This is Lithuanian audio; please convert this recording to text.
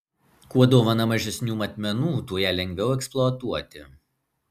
kuo dovana mažesnių matmenų tuo ją lengviau eksploatuoti